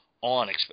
on